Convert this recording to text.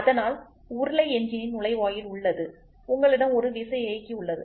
அதனால்உருளை எஞ்சினின் நுழைவாயில் உள்ளது உங்களிடம் ஒரு விசையியக்கி உள்ளது